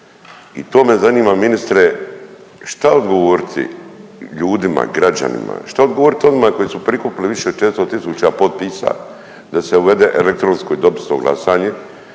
I to me zanima ministre šta odgovoriti ljudima, građanima. Što odgovoriti onima koji su prikupili više od 400 tisuća potpisa da se uvede elektronsko i dopunsko glasanje